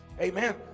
Amen